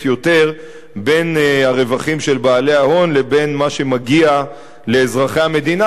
יותר בין הרווחים של בעלי ההון לבין מה שמגיע לאזרחי המדינה.